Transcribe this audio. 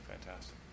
Fantastic